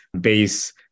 base